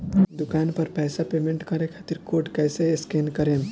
दूकान पर पैसा पेमेंट करे खातिर कोड कैसे स्कैन करेम?